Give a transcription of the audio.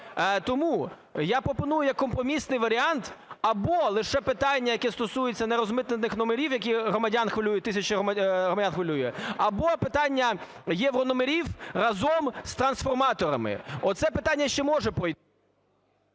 Тому я пропоную компромісний варіант: або лише питання, яке стосується нерозмитнених номерів, які громадян хвилюють, тисячі громадян хвилюють, або питання єврономерів разом із трансформаторами. Оце питання ще може…